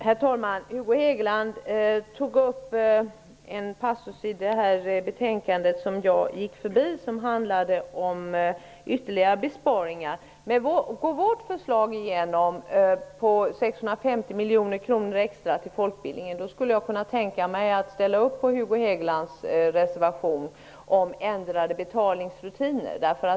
Herr talman! Hugo Hegeland berörde en passus i detta betänkande som jag gick förbi, och som handlade om ytterligare besparingar. Går vårt förslag om 650 miljoner kronor extra till folkbildningen igenom skulle jag kunna tänka mig att ställa upp på Hugo Hegelands reservation om ändrade betalningsrutiner.